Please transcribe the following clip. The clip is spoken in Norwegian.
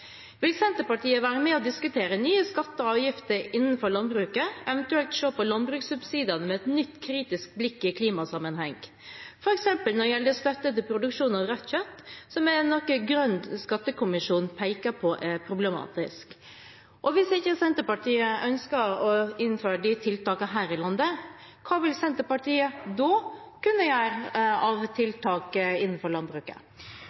Vil Senterpartiet være med og diskutere nye skatter og avgifter innenfor landbruket, eventuelt se på landbrukssubsidiene med et nytt, kritisk blikk i klimasammenheng, f.eks. når det gjelder støtte til produksjon av rødt kjøtt, som er noe Grønn skattekommisjon peker på er problematisk? Hvis Senterpartiet ikke ønsker å innføre disse tiltakene her i landet, hva vil Senterpartiet da kunne gjøre av tiltak innenfor landbruket?